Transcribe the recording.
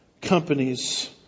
companies